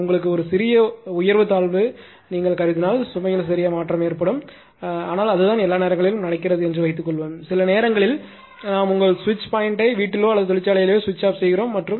ஆனால் உங்களுக்கு ஒரு சிறிய உயர்வு தாழ்வு கருதினால் சுமையில் சிறிய மாற்றம் ஏற்படும் ஆனால் அதுதான் எல்லா நேரங்களிலும் நடக்கிறது என்று வைத்துக்கொள்வோம் சில நேரங்களில் நாம் உங்கள் சுவிட்ச் பாயிண்ட்டை வீட்டிலோ அல்லது தொழிற்துறையிலோ சுவிட்ச் ஆஃப் செய்கிறோம்